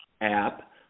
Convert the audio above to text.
app